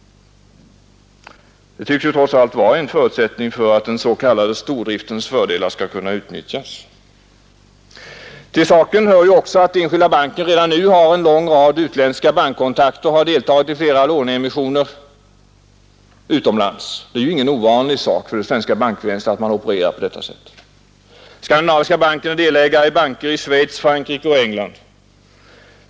Det tycks ju trots allt vara en förutsättning för att den s.k. stordriftens fördelar skall kunna utnyttjas. Till saken hör också att Enskilda banken redan nu har en lång rad utländska bankkontakter och har deltagit i flera låneemissioner utomlands. Det är ju inte något ovanligt för det svenska bankväsendet att man opererar på detta sätt. Skandinaviska banken är delägare i banker i Schweiz, Frankrike och England.